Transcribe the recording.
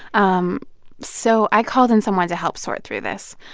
um so i called in someone to help sort through this.